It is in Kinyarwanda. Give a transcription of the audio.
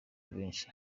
benshi